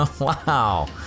Wow